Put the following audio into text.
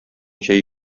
җәй